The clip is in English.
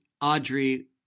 Audrey